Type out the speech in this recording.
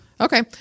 Okay